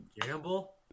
gamble